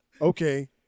okay